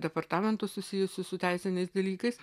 departamentų susijusių su teisiniais dalykais